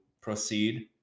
proceed